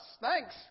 Thanks